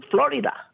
Florida